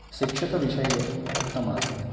शिक्षकविषये उक्तमासीत्